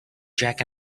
jack